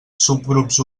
subgrups